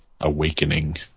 awakening